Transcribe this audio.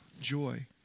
joy